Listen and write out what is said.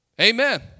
Amen